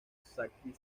sacristía